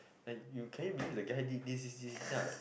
like you can you believe the guy did this this this then I like